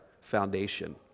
foundation